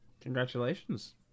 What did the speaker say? Congratulations